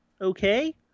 okay